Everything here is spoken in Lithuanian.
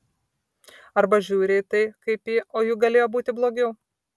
arba žiūri į tai kaip į o juk galėjo būti blogiau